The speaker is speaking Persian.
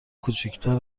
کوچیکتر